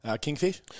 Kingfish